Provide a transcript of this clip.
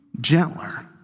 gentler